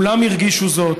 כולם הרגישו זאת